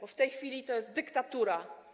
Bo w tej chwili to jest dyktatura.